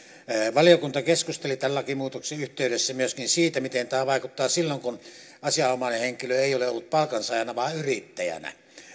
valiokunta keskusteli tämän lakimuutoksen yhteydessä myöskin siitä miten tämä vaikuttaa silloin kun asianomainen henkilö ei ole ollut palkansaajana vaan yrittäjänä